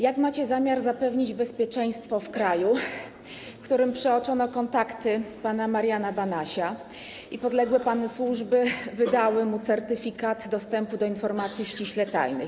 Jak macie zamiar zapewnić bezpieczeństwo w kraju, w którym przeoczono kontakty pana Mariana Banasia i w którym podległe panu służby wydały mu certyfikat dostępu do informacji ściśle tajnych?